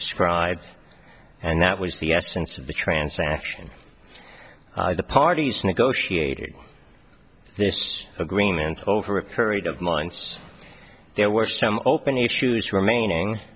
described and that was the essence of the transaction the parties negotiated this agreement over a curried of months there were some open issues remaining